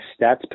stats